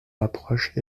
rapproche